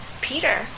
Peter